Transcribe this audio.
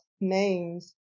names